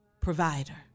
provider